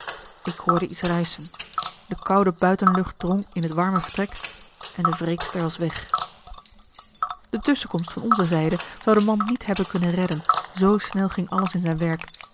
ik hoorde iets ruischen de koude buitenlucht drong in het warme vertrek en de wreekster was weg illustratie plotseling stond hij weer op en ontving nog een schot de tusschenkomst van onze zijde zou den man niet hebben kunnen redden zoo snel ging alles in zijn werk